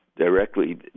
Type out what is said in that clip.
Directly